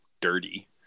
dirty